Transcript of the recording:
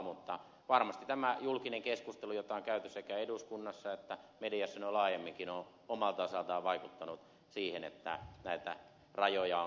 mutta varmasti tämä julkinen keskustelu jota on käyty sekä eduskunnassa että mediassa noin laajemminkin on omalta osaltaan vaikuttanut siihen että näitä rajoja on tiukennettu